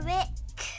Rick